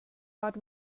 but